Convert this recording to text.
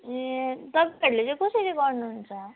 ए तपाईँहरूले चाहिँ कसरी गर्नुहुन्छ